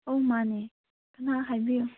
ꯑꯧ ꯃꯥꯅꯦ ꯀꯅꯥ ꯍꯥꯏꯕꯤꯌꯨ